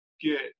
get